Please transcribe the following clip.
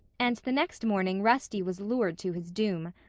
and the next morning rusty was lured to his doom.